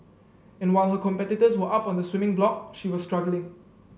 and while her competitors were up on the swimming block she was struggling